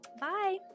Bye